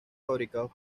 fabricados